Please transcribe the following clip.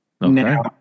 Now